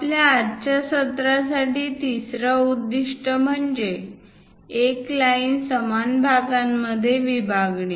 आपल्या आजच्या सत्रासाठी तिसरा उद्दिष्ट म्हणजे एक लाईन समान भागांमध्ये विभागणे